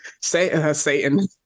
Satan